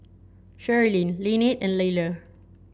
Sherilyn Lynnette and Liller